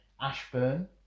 Ashburn